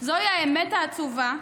זאת האמת העצובה,